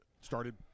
started